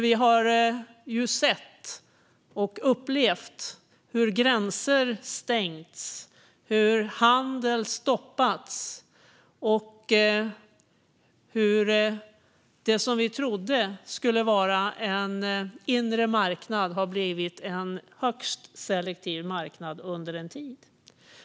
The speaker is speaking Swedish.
Vi har sett och upplevt hur gränser stängts, hur handel stoppats och hur det som vi trodde skulle vara en inre marknad har blivit en högst selektiv marknad under en tid.